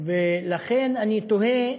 לכן אני תוהה,